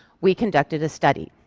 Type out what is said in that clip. we conducted a study.